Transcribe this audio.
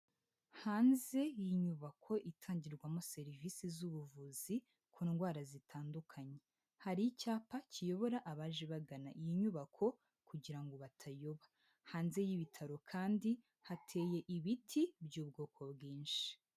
Hanze y' inyubako itangirwamo serivisi zubuvuzi ku indwara zitandukanye. Hari icyapa kiyobora abaje bagana iyi nyubako kugira ngo batayoba. Hanze y'ibitaro kandi hateye ibiti by'ubwoko bwinshi.